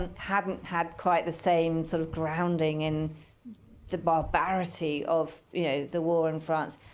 and hadn't had quite the same sort of grounding in the barbarity of yeah the war in france,